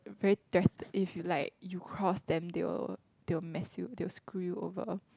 very threat~ if you like you cross them they will they will mess you they will screw you over